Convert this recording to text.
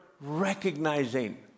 recognizing